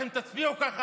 תצביע.